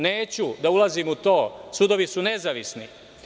Neću da ulazim u to, sudovi su nezavisni.